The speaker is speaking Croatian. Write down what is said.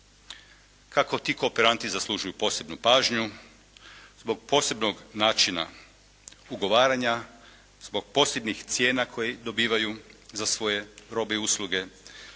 kako ti kooperanti zaslužuju posebnu pažnju zbog posebnog načina ugovaranja, zbog posebnih cijena koje dobivaju za svoje robe i usluge,